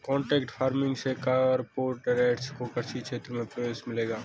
contract farming से corporates को कृषि क्षेत्र में प्रवेश मिलेगा